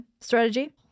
strategy